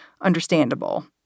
understandable